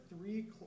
three